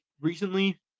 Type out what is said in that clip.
recently